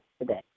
today